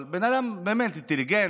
אבל הוא בן אדם באמת אינטליגנט,